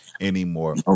anymore